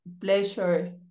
pleasure